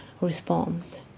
respond